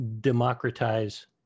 democratize